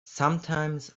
sometimes